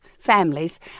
Families